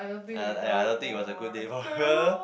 and I I don't think it was a good day for her